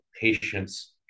patients